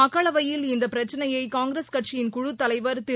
மக்களவையில் இந்தபிரச்சினையைகாங்கிரஸ் கட்சியின் குழுத்தலைவர் திரு